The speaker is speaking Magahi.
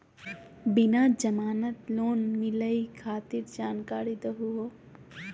बिना जमानत लोन मिलई खातिर जानकारी दहु हो?